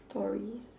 stories